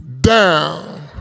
down